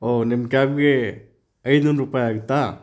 ಓ ನಿಮ್ಮ ಕ್ಯಾಬ್ಗೆ ಐದುನೂರು ರೂಪಾಯಿ ಆಗತ್ತಾ